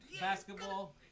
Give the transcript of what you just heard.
basketball